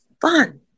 fun